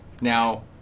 now